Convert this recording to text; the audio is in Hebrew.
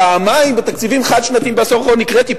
פעמיים בתקציבים חד-שנתיים בעשור האחרון נקראתי.